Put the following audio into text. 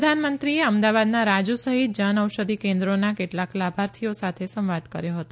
પ્રધાનમંત્રીએ અમદાવાદના રાજુ સહિત જનઔષધિ કેન્દ્રોના કેટલાક લાભાર્થીઓ સાથે સંવાદ કર્યો હતો